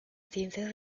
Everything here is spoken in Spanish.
ciencias